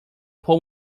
pull